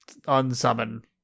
unsummon